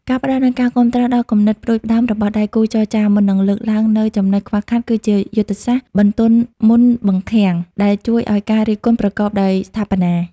ការផ្តល់នូវការគាំទ្រដល់គំនិតផ្ដួចផ្ដើមរបស់ដៃគូចរចា មុននឹងលើកឡើងនូវចំណុចខ្វះខាត គឺជាយុទ្ធសាស្ត្រ "បន្ទន់មុនបង្ខាំង" ដែលជួយឱ្យការរិះគន់ប្រកបដោយស្ថាបនា។